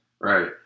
Right